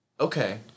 Okay